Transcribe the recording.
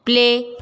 play